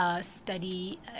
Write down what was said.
study